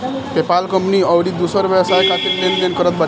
PayPal company अउरी दूसर व्यवसाय खातिर लेन देन करत बाटे